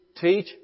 teach